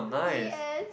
yes